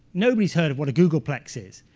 nobody's heard of what a googolplex is.